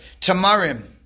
tamarim